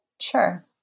Sure